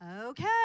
Okay